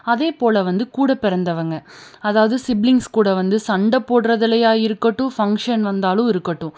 அதே போல் வந்து கூட பிறந்தவங்க அதாவது சிப்லிங்ஸ் கூட வந்து சண்டை போடுறதுலையா இருக்கட்டும் ஃபங்க்ஷன் வந்தாலும் இருக்கட்டும்